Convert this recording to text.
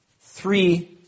three